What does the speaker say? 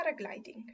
paragliding